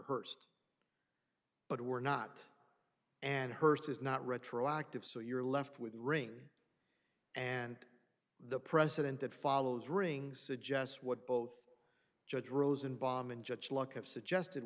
hearst but we're not and hearst is not retroactive so you're left with ring and the precedent that follows rings suggest what both judge rosen bomb and judge luck of suggested